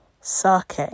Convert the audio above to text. sake